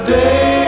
day